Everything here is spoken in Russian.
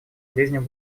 ближнем